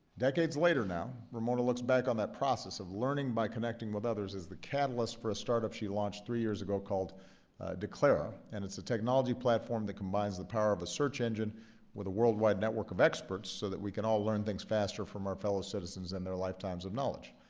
decades later now, ramona looks back on that process of learning by connecting with others as the catalyst for a startup she launched three years ago called declara. and it's a technology platform that combines the power of a search engine with a worldwide network of experts, so that we can all learn things faster from our fellow citizens and their lifetimes of knowledge.